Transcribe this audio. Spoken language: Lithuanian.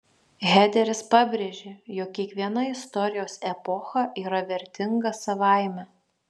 hederis pabrėžė jog kiekviena istorijos epocha yra vertinga savaime